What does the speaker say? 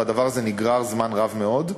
והדבר הזה נגרר זמן רב מאוד.